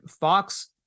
Fox